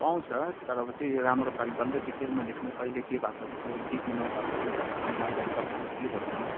पाउँछ तर अब त्यही राम्रो पाराले डल्लै डिटेलमा लेख्नु कहिले के भएको थियो के बिमार भएको थियो डक्टरमा जाँदाखेरि डक्टरले के भन्यो